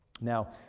Now